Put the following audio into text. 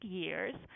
years